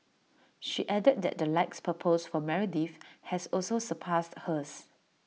she added that the likes per post for Meredith has also surpassed hers